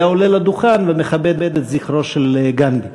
היה עולה לדוכן ומכבד את זכרו של גנדי.